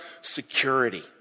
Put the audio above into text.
security